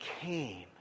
came